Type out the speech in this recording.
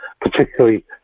particularly